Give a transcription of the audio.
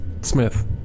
Smith